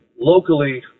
Locally